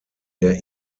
der